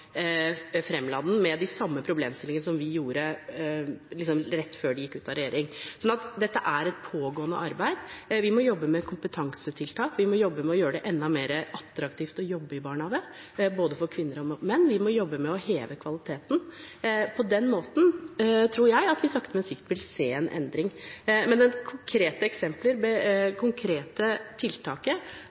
fremla den med de samme problemstillingene som vi har gjort, rett før de gikk ut av regjering. Dette er et pågående arbeid. Vi må jobbe med kompetansetiltak, vi må jobbe for å gjøre det enda mer attraktivt å jobbe i barnehagen for både kvinner og menn, og vi må jobbe med å heve kvaliteten. På den måten tror jeg at vi sakte, men sikkert vil se en endring. Men jeg har ingen konkrete eksempler